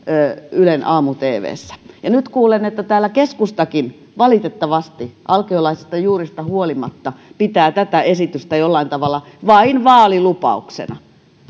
ylen aamu tvssä nyt kuulen että täällä keskustakin valitettavasti alkiolaisista juuristaan huolimatta pitää tätä esitystä jollain tavalla vain vaalilupauksena